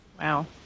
Wow